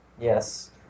Yes